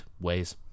ways